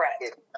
Correct